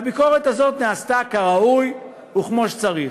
והביקורת הזאת נעשתה כראוי וכמו שצריך.